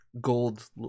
gold